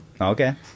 Okay